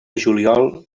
juliol